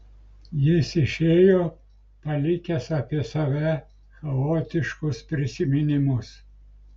jis išėjo palikęs apie save chaotiškus prisiminimus